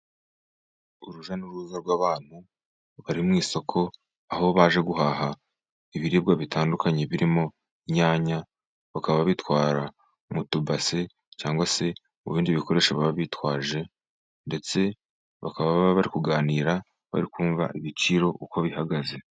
Urujya n'uruza rw'abantu bari mu isoko, aho baje guhaha ibiribwa bitandukanye, birimo inyanya, bakaba babitwara mu tubase, cyangwa se mu bindi bikoresho baba bitwaje, ndetse bakaba bari kuganira, bari kumva ibiciro uko bihagaze.